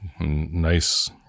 nice